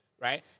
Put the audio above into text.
right